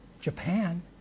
Japan